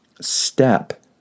step